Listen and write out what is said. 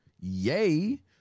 Yay